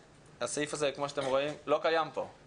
הסעיף הזה, כמו שאתם רואים, לא קיים פה.